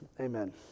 Amen